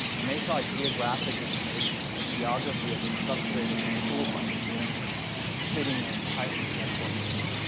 and they saw geographic information and geography as a sub-straight and a tool for understanding as fitting in tightly with that core mission.